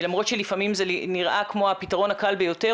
למרות שלפעמים זה נראה כמו הפתרון הקל ביותר,